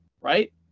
Right